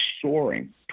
soaring